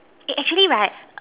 eh actually right